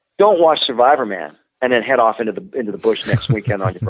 don't watch survivorman and then head off into the into the bush next week. and